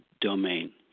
domain